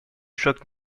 choc